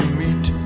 meet